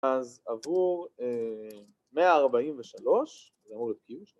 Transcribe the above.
‫אז עבור 143,